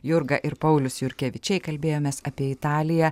jurga ir paulius jurkevičiai kalbėjomės apie italiją